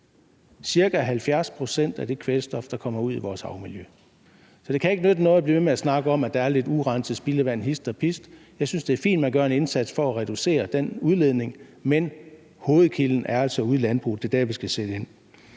ca. 70 pct. af det kvælstof, der kommer ud i vores havmiljø. Så det kan ikke nytte noget at blive ved med at snakke om, at der er lidt urenset spildevand hist og pist. Jeg synes, det er fint, man gør en indsats for at reducere den udledning, men hovedkilden er altså ude i landbruget. Det er der, vi skal sætte ind.